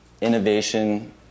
innovation